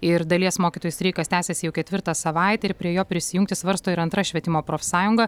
ir dalies mokytojų streikas tęsiasi jau ketvirtą savaitę ir prie jo prisijungti svarsto ir antra švietimo profsąjunga